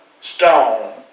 stone